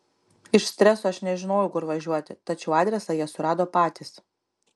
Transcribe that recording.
iš streso aš nežinojau kur važiuoti tačiau adresą jie surado patys